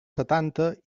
setanta